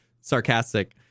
sarcastic